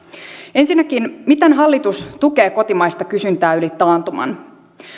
ensinnäkin miten hallitus tukee kotimaista kysyntää yli taantuman